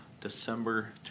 December